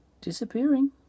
disappearing